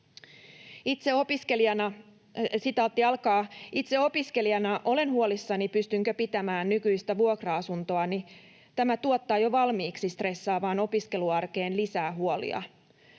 taloudellisiin vaikeuksiin.” ”Itse opiskelijana olen huolissani, pystynkö pitämään nykyistä vuokra-asuntoani. Tämä tuottaa jo valmiiksi stressaavaan opiskeluarkeen lisää huolia.